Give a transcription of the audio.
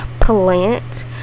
plant